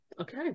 Okay